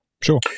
Sure